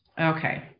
Okay